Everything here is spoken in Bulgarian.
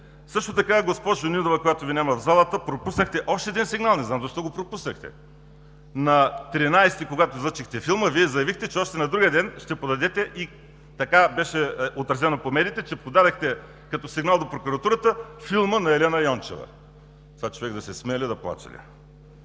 Също така, госпожо Нинова, която Ви няма в залата, пропуснахте още един сигнал. Не знам защо го пропуснахте. На 13-и, когато излъчихте филма, Вие заявихте, че още на другия ден ще подадете – и така беше отразено по медиите – като сигнал до Прокуратурата филма на Елена Йончева. На това човек да се смее ли, да плаче ли?!